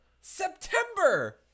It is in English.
September